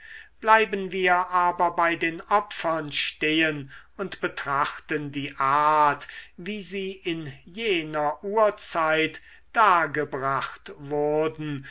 bleiben wir aber bei den opfern stehen und betrachten die art wie sie in jener urzeit dargebracht wurden